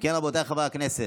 אם כן, רבותיי חבר הכנסת,